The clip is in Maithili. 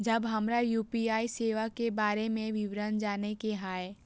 जब हमरा यू.पी.आई सेवा के बारे में विवरण जाने के हाय?